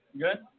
good